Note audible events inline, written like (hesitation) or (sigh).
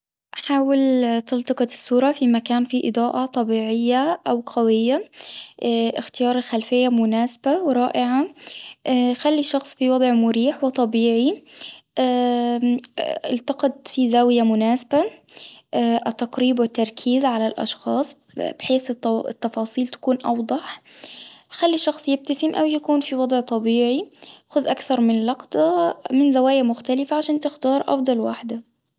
حاول تلتقط الصورة في مكان فيه إضاءة طبيعية أو قوية (hesitation) اختيار الخلفية مناسبة ورائعة، (hesitation) خلي الشخص في وضع مريح وطبيعي، (hesitation) التقط في زاوية مناسبة، (hesitation) التقريب والتركيز على الأشخاص بحيث التفاصيل تكون أوضح، خلي الشخص يبتسم أو يكون في وضع طبيعي خد أكثر من لقطة من زوايا مختلفة عشان تختار أفظل واحدة.